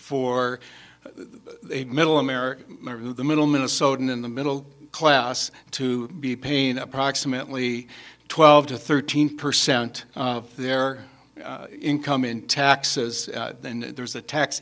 for the middle america or the middle minnesotan in the middle class to be pain approximately twelve to thirteen percent of their income in taxes and there's a tax